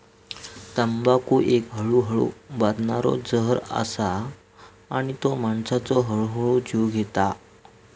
तंबाखू एक हळूहळू बादणारो जहर असा आणि तो माणसाचो हळूहळू जीव घेता